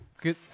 Good